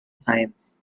science